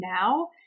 now